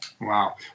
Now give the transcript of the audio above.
Wow